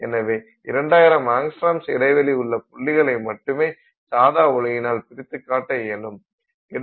எனவே 2000 ஆங்ஸ்ட்ராம்ஸ் இடைவெளி உள்ள புள்ளிகளை மட்டுமே சாதா ஒளியினால் பிரித்துக் காட்ட இயலும்